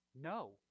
No